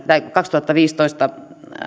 kaksituhattaviisitoista